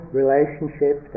relationship